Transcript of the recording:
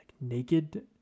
naked